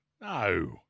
No